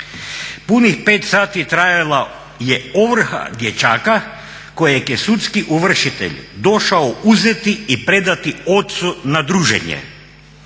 "Punih 5 sati trajala je ovrha dječaka kojeg je sudski ovršitelj došao uzeti i predati ocu na druženje.